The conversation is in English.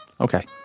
Okay